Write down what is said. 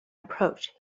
approached